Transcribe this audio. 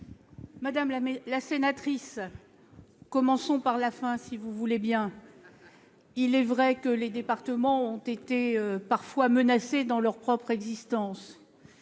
Madame la sénatrice, commençons par la fin, si vous voulez bien. Ah ! Il est vrai que les départements ont été parfois menacés dans leur existence,